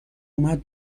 اومد